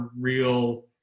real